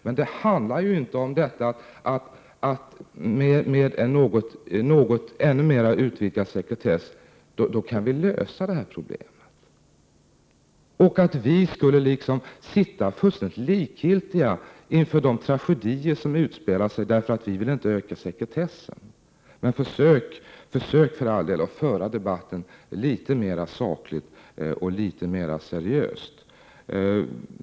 Men man kan inte lösa det här problemet bara med en något mer utvidgad sekretess. Och det är ju inte så att vi skulle sitta fullständigt likgiltiga inför de tragedier som utspelar sig, därför att vi inte vill utvidga sekretessen. Försök för all del att föra debatten litet mer sakligt och litet mer seriöst!